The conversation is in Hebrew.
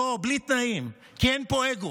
בוא בלי תנאים, כי אין פה אגו.